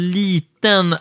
liten